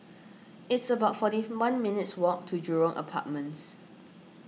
it's about forty one minutes' walk to Jurong Apartments